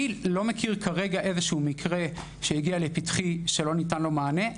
אני לא מכיר כרגע מקרה שהגיע לפתחי שלא ניתן לו מענה.